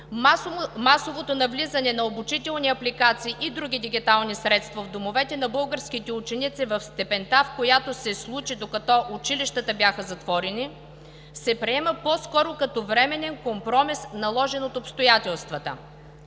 Масовото навлизане на обучителни апликации и други дигитални средства в домовете на българските ученици в степента, в която се случи, докато училищата бяха затворени, се приема по скоро като временен компромис, наложен от обстоятелствата.